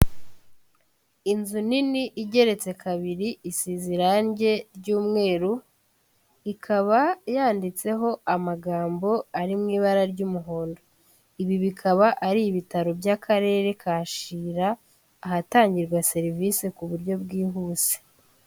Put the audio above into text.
Inzu nini igeretse kabiri isize irangi ry'umweru ikaba yanditseho amagambo ari mu ibara ry'umuhondo. Ibi bikaba ari ibitaro by'akarere ka Shyira ahatangirwa serivisi ku buryo bwihuse.